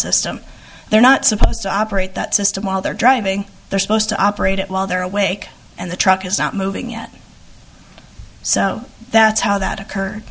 system they're not supposed to operate that system while they're driving they're supposed to operate it while they're awake and the truck is not moving at so that's how that occurred